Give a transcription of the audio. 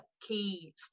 key